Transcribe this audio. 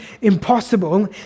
impossible